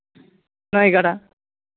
ᱱᱟᱹᱭᱼᱜᱟᱰᱟ